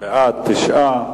את הצעת